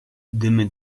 dymy